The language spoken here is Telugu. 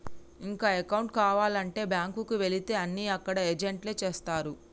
ఇక అకౌంటు కావాలంటే బ్యాంకుకి వెళితే అన్నీ అక్కడ ఏజెంట్లే చేస్తరు